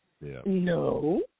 No